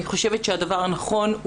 אני חושבת שהדבר הנכון,